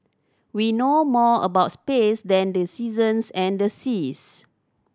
we know more about space than the seasons and the seas